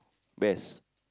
best